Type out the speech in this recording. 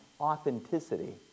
authenticity